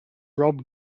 rob